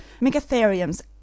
Megatherium's